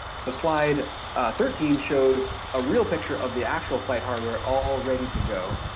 so slide thirteen shows a real picture of the actual flight hardware all ready to go,